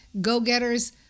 go-getters